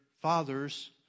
fathers